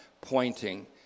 pointing